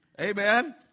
Amen